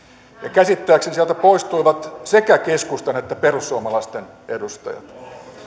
käsittääkseni sieltä poistuivat sekä keskustan että perussuomalaisten edustajat